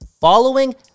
following